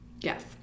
Yes